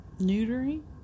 Neutering